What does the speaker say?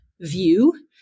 view